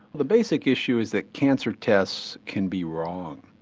the basic issue is that cancer tests can be wrong.